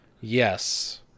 Yes